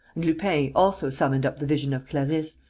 and lupin also summoned up the vision of clarisse,